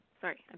Sorry